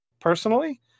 personally